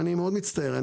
אני מצטער מאוד,